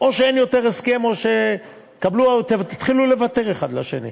או שאין יותר הסכם, או שתתחילו לוותר אחד לשני.